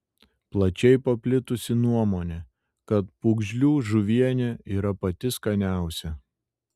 plačiai paplitusi nuomonė kad pūgžlių žuvienė yra pati skaniausia